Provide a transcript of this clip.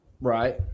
Right